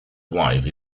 wife